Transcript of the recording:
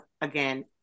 again